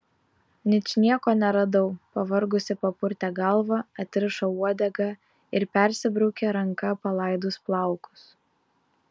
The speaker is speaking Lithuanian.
ničnieko neradau pavargusi papurtė galvą atrišo uodegą ir persibraukė ranka palaidus plaukus